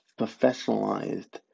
professionalized